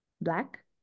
black